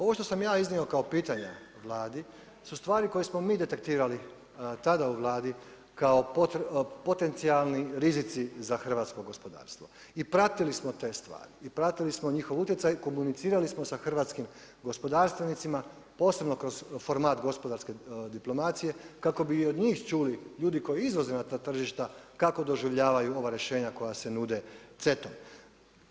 Ovo što sam ja iznio kao pitanja Vladi su stvari koje smo mi detektirali tada u vladi kao potencijalni rizici za hrvatsko gospodarstvo i pratili smo te stvari i pratili smo njihov utjecaj, komunicirali smo sa hrvatskim gospodarstvenicima posebno kroz format gospodarske diplomacije kako bi i od njih čuli, ljudi koji izvoze na ta tržišta kako doživljavaju ova rješenja koja se nude CETA-om.